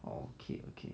okay okay